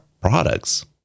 products